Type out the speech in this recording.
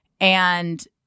and-